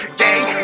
gang